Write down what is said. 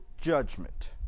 judgment